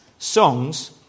Songs